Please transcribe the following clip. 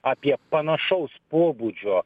apie panašaus pobūdžio